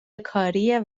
کاریه